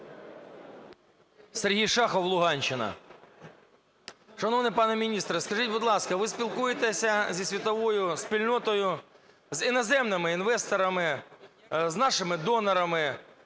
Сергій Шахов, Луганщина. Шановний пане міністре, скажіть, будь ласка, ви спілкуєтеся із світовою спільнотою, з іноземними інвесторами, з нашими донорами.